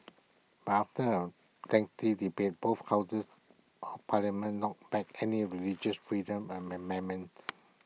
but after A lengthy debate both houses of parliament knocked back any religious freedom and amendments